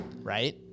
right